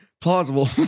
Plausible